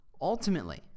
Ultimately